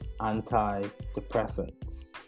antidepressants